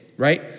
Right